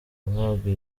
guhabwa